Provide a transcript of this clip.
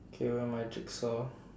K where are my jigsaw